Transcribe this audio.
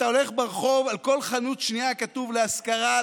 אתה הולך ברחוב ועל כל חנות שנייה כתוב "להשכרה",